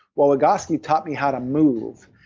well egoscue taught me how to move,